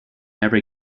every